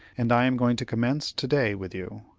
and i am going to commence to-day with you.